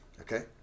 Okay